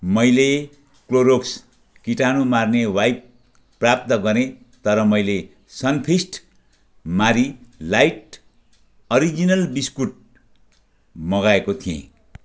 मैले क्लोरोक्स कीटाणु मार्ने वाइप प्राप्त गरेँ तर मैले सनफिस्ट मारी लाइट अरिजिनल बिस्कुट मगाएको थिएँ